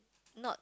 not